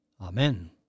Amen